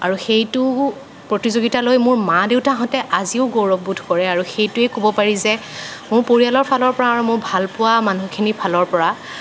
আৰু সেইটো প্ৰতিযোগিতালৈ মোৰ মা দেউতাহঁতে আজিও গৌৰৱ বোধ কৰে আৰু এইটোয়ে ক'ব পাৰি যে মোৰ পৰিয়ালৰ ফালৰ পৰা আৰু মোৰ ভাল পোৱা মানুহখিনিৰ ফালৰ পৰা